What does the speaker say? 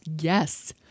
Yes